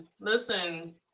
listen